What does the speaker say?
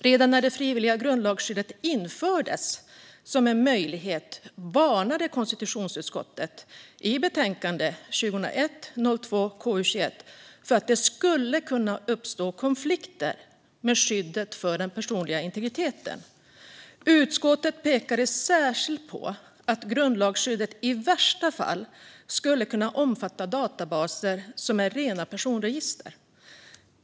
Redan när det frivilliga grundlagsskyddet infördes som en möjlighet varnade konstitutionsutskottet i betänkande 2001/02:KU21 för att det skulle kunna uppstå konflikter med skyddet för den personliga integriteten. Utskottet pekade särskilt på att grundlagsskyddet i värsta fall skulle kunna omfatta databaser som är rena personregister.